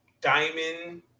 Diamond